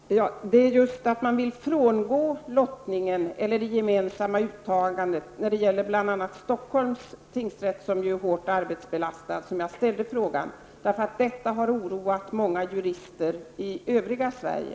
Herr talman! Jag ställer frågan därför att man vill frångå lottningen eller det gemensamma uttagandet när det gäller bl.a. Stockholms tingsrätt, som är hårt arbetsbelastad. Detta har oroat många jurister i övriga Sverige.